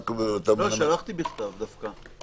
שלחתי בכתב דווקא.